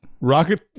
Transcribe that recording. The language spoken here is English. rocket